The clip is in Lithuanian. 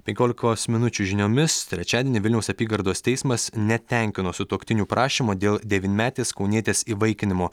penkiolikos minučių žiniomis trečiadienį vilniaus apygardos teismas netenkino sutuoktinių prašymo dėl devynmetės kaunietės įvaikinimo